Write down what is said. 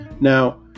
Now